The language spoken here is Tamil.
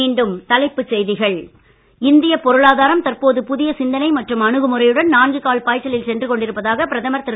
மீண்டும் தலைப்புச் செய்திகள் இந்திய பொருளாதாரம் தற்போது புதிய சிந்தனை மற்றும் அணுகுமுறையுடன் நான்கு கால் பாய்ச்சலில் சென்று கொண்டிருப்பதாக பிரதமர் திரு